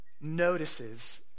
notices